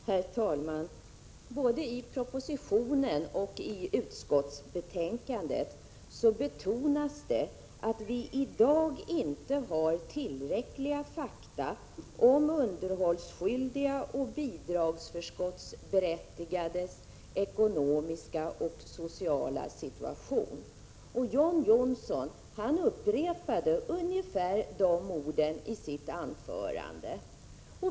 Herr talman! Både i propositionen och i utskottsbetänkandet betonas det att vi i dag inte har tillräckliga fakta om underhållsskyldigas och bidragsför 23 skottsberättigades ekonomiska och sociala situation. John Johnsson upprepade ungefär de orden i sitt anförande.